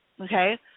Okay